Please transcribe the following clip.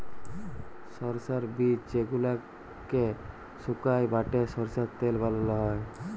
সরষার বীজ যেগলাকে সুকাই বাঁটে সরষার তেল বালাল হ্যয়